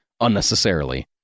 unnecessarily